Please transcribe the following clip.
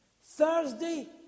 Thursday